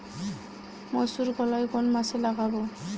মুসুরকলাই কোন মাসে লাগাব?